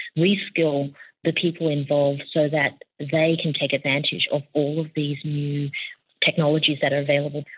re-skill the people involved so that they can take advantage of all of these new technologies that are available.